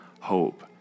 hope